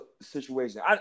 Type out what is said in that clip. Situation